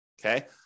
okay